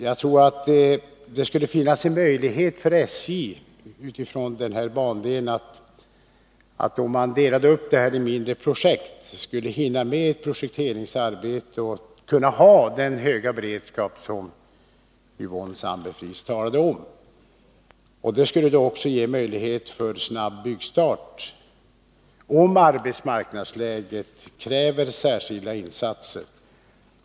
Jag tror att det skulle finnas en möjlighet för SJ att dela upp den här bandelen i mindre projekt. Då skulle man hinna med projekteringsarbetet, och kunna ha den höga beredskap som Yvonne Sandberg-Fries talade om. Det skulle också ge möjlighet till en snabb byggstart, om arbetsmarknadsläget kräver särskilda insatser.